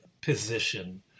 position